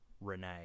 Renee